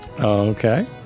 Okay